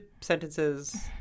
sentences